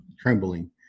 trembling